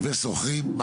ושוכרים,